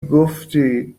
گفتی